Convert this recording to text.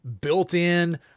built-in